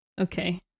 okay